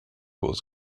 was